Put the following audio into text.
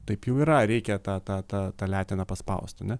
taip jau yra reikia tą tą tą tą leteną paspaust ane